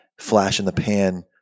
flash-in-the-pan